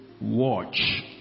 watch